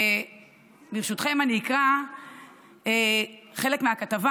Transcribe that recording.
וברשותכם אני אקרא חלק מהכתבה.